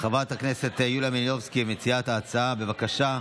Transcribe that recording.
חברת הכנסת יוליה מלינובסקי, מציעת ההצעה, בבקשה.